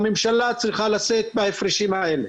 הממשלה צריכה לשאת בהפרשים האלה.